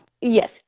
yes